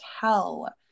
tell